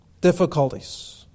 difficulties